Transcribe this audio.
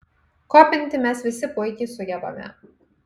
kopinti mes visi puikiai sugebame